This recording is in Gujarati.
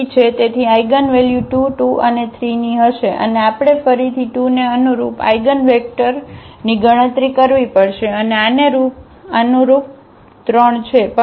તેથી આઇગનવેલ્યુ 2 2 અને 3 ની હશે અને આપણે ફરીથી 2 ને અનુરૂપ આઇગનવેક્ટર ની ગણતરી કરવી પડશે અને આને અનુરૂપ 3 છે